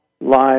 live